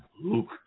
Luke